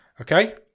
Okay